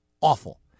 awful